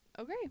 Okay